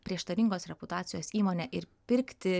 prieštaringos reputacijos įmonę ir pirkti